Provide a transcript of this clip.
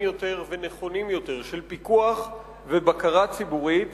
יותר ונכונים יותר של פיקוח ובקרה ציבורית